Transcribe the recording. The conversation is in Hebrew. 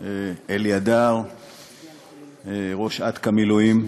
על ההחלטות הבזויות שהתקבלו על ידי הממשלה בעצם